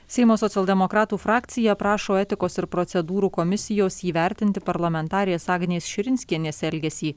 seimo socialdemokratų frakcija prašo etikos ir procedūrų komisijos įvertinti parlamentarės agnės širinskienės elgesį